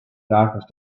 darkest